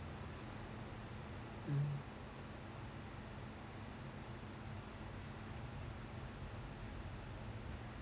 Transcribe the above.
um